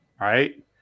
right